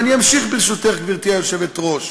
ואני אמשיך, ברשותך, גברתי היושבת-ראש.